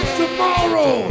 tomorrow